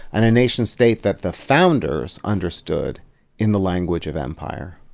and a nation state that the founders understood in the language of empire.